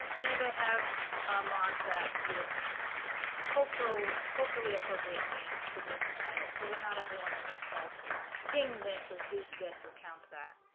um and i have a mod that gives cultural culturally appropriate names to the different titles, so then not everyone is just called king this or duke this or count that.